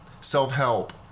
self-help